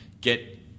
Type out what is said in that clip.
get